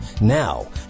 Now